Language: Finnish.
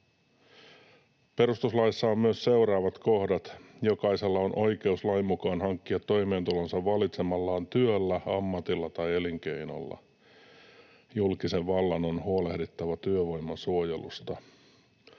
Perustuslaissa on myös seuraavat kohdat: ”Jokaisella on oikeus lain mukaan hankkia toimeentulonsa valitsemallaan työllä, ammatilla tai elinkeinolla. Julkisen vallan on huolehdittava työvoiman suojelusta.